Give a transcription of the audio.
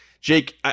Jake